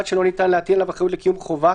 התפשטות נגיף הקורונה בקשר לשהותם במקום הפעילות,